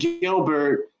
Gilbert